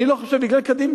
אני לא חושב שזה בגלל קדימה,